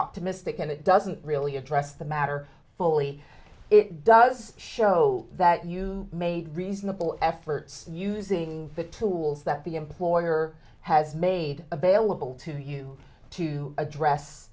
optimistic and it doesn't really address the matter fully it does show that you made reasonable efforts using the tools that the employer has made available to you to address